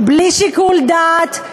בלי שיקול דעת,